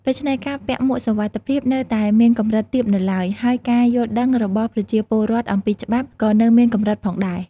ដូច្នេះ ការពាក់មួកសុវត្ថិភាពនៅតែមានកម្រិតទាបនៅឡើយ ហើយការយល់ដឹងរបស់ប្រជាពលរដ្ឋអំពីច្បាប់ក៏នៅមានកម្រិតផងដែរ។